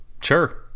Sure